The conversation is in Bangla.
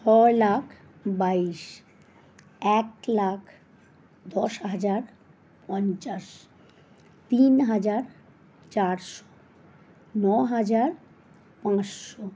ছ লাখ বাইশ এক লাখ দশ হাজার পঞ্চাশ তিন হাজার চারশো ন হাজার পাঁচশো